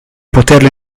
poterlo